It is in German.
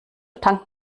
tankt